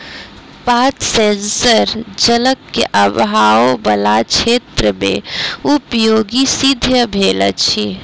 पात सेंसर जलक आभाव बला क्षेत्र मे उपयोगी सिद्ध भेल अछि